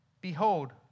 Behold